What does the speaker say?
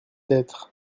être